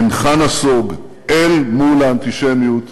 אינך נסוג אל מול האנטישמיות.